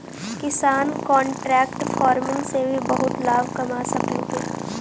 किसान contract farming से भी बहुत लाभ कमा सकलहुं हे